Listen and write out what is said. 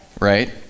right